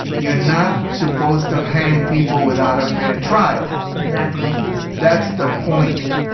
you're not supposed to hang people without a fair trial exactly that's the point.